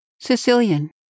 Sicilian